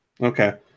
Okay